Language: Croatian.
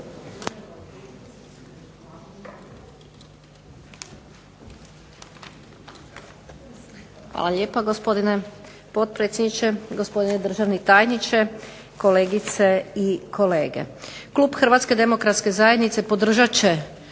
Hvala lijepa gospodine potpredsjedniče, gospodine državni tajniče, kolegice i kolege. Klub Hrvatske demokratske zajednice podržat će